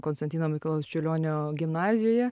konstantino mikalojaus čiurlionio gimnazijoje